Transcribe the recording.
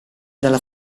dalla